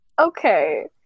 Okay